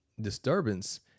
disturbance